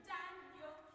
Daniel